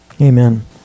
Amen